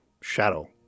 shadow